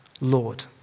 Lord